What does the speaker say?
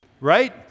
Right